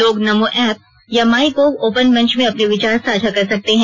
लोग नमो ऐप या MyGov open मंच में अपने विचार साझा कर सकते हैं